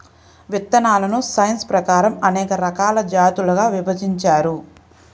విత్తనాలను సైన్స్ ప్రకారం అనేక రకాల జాతులుగా విభజించారు